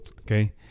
Okay